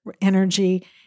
energy